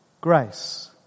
grace